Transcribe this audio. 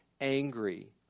angry